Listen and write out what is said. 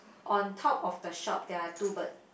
on top of the shop there are two bird